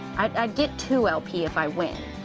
i get two lp if i win,